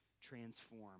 transform